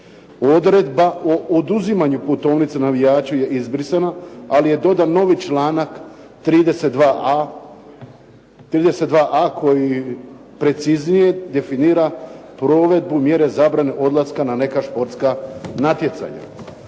Odredba o oduzimanju putovnice navijaču je izbrisana ali je dodan novi članak 32.a koji preciznije definira provedbu mjere zabrane odlaska na neka športska natjecanja.